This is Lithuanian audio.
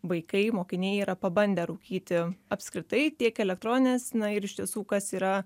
vaikai mokiniai yra pabandę rūkyti apskritai tiek elektronines na ir iš tiesų kas yra